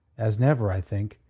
as never, i think,